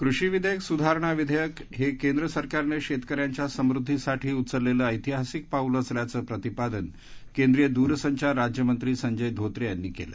कृषी विषयक सुधारणा विधेयकं हे केंद्रसरकारनं शेतकऱ्यांच्या समुद्दीसाठी उचललेलं ऐतिहासिक पाऊल असल्याचं प्रतिपादन केंद्रीय द्रसंचार राज्यमंत्री संजय धोत्रे यांनी केलं